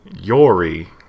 Yori